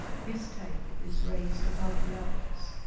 his table is raised above the others,